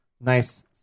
nice